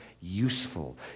useful